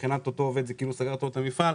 מבחינתו של העובד זה לסגור לו את החיים.